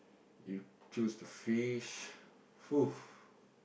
you choose the fish !fuh!